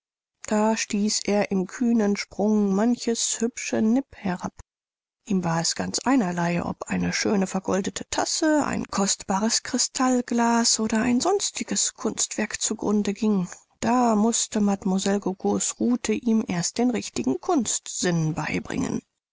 da stieß er im kühnen sprung manches hübsche nipp herab ihm war es ganz einerlei ob eine schöne vergoldete tasse ein kostbares kristallglas oder ein sonstiges kunstwerk zu grunde ging da mußte mlle gogos ruthe ihm erst den richtigen kunstsinn beibringen